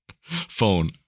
phone